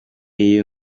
iyo